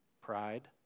pride